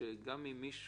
אנחנו